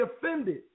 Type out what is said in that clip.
offended